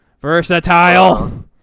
Versatile